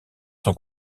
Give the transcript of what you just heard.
sont